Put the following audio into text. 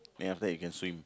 then after that you can swim